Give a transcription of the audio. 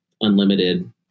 Unlimited